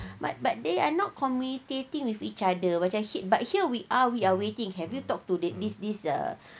but but they are not communicating with each other macam but here we are we are waiting have you talk to this this uh